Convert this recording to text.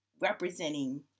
representing